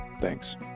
thanks